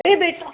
यह बेटा